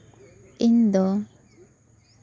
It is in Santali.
ᱤᱧ ᱫᱚ